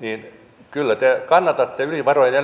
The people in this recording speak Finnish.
niin kyllä te kannatatte yli varojen elämistä